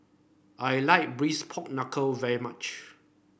I like Braised Pork Knuckle very much